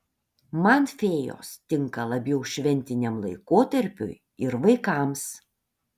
man fėjos tinka labiau šventiniam laikotarpiui ir vaikams